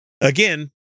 Again